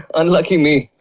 unlucky me!